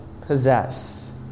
possess